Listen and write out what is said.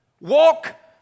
Walk